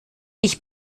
ich